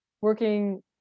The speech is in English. working